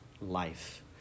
life